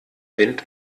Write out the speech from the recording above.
wind